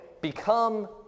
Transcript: become